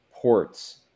ports